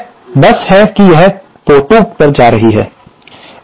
यह बस है कि यह 2 पोर्ट जा रही थी